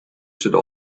should